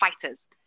fighters